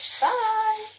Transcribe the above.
Bye